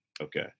Okay